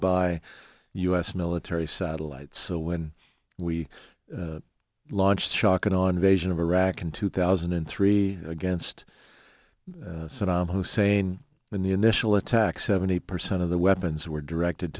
by u s military satellites so when we launched shock and awe invasion of iraq in two thousand and three against saddam hussein in the initial attack seventy percent of the weapons were directed